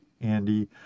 Andy